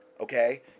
Okay